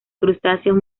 crustáceos